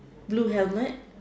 blue helmet